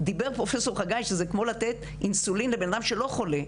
דיבר פרופסור חגיי שזה כמו לתת אינסולין לבנאדם שלא חולה,